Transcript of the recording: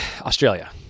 Australia